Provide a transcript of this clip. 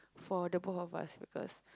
for the both of us because